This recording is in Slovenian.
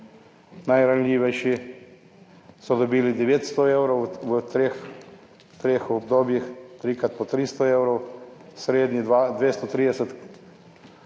najranljivejši so dobili 900 evrov v treh obdobjih, tri krat po 300 evrov, srednja 230